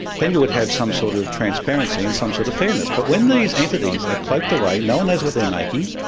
then you would have some sort of transparency and some sort of fairness. but when these entities are cloaked away, no one knows what they're making.